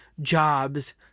jobs